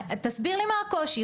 תסביר לי מה הקושי,